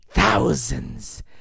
thousands